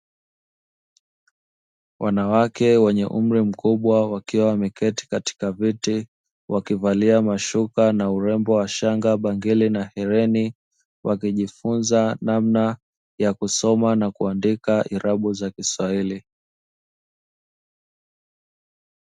Wanawake wenye umri mkubwa wakiwa wameketi katika viti, wakivalia mashuka na urembo wa shanga, bangili na hereni, wakijifunza namna ya kusoma na kuandika irabu za kiswahili.